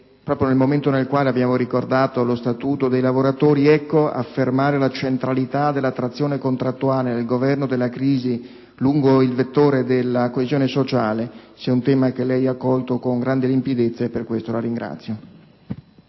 proprio nel momento in cui abbiamo ricordato lo Statuto dei lavoratori, affermare la centralità della trazione contrattuale nel governo della crisi lungo il vettore della coesione sociale, sia un tema che il Ministro ha colto con grande limpidezza e per questo lo ringrazio.